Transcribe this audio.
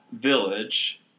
Village